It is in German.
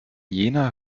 jener